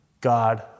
God